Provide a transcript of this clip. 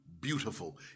beautiful